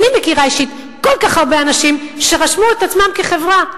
אני מכירה אישית כל כך הרבה אנשים שרשמו את עצמם כחברה.